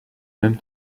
même